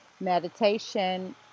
Meditation